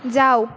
যাও